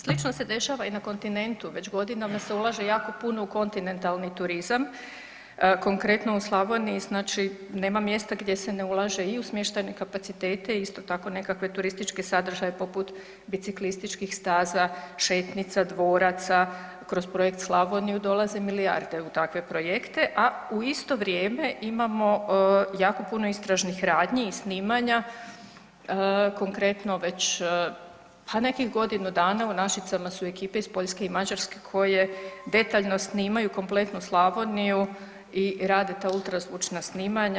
Slično se dešava i na kontinentu, već godinama se ulaže jako puno u kontinentalni turizam, konkretno u Slavoniji nema mjesta gdje se ne ulaže i u smještajne kapacitete, isto tako nekakve turističke sadržaje poput biciklističkih staza, šetnica, dvoraca, kroz projekt Slavoniju dolaze milijarde u takve projekte, a u isto vrijeme imamo jako puno istražnih radnji i snimanja, konkretno već nekih godinu dana u Našicama su ekipe iz Poljske i Mađarske koje detaljno snimaju kompletnu Slavoniju i rade ta ultrazvučna snimanja.